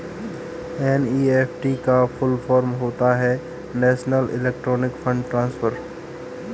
NEFT का full form होता है नेशनल इलेक्ट्रॉनिक्स फण्ड ट्रांसफर